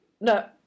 No